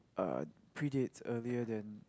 uh predates earlier than